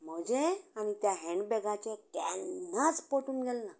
म्हजें आनी त्या हेन्ड बेगाचें केन्नाच पटून गेल्लें ना